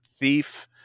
Thief